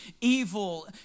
evil